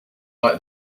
like